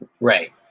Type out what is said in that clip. Right